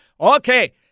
Okay